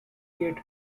yet